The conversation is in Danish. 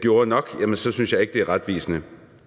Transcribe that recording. gjorde nok, jamen så synes jeg ikke, det er retvisende.